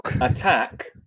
Attack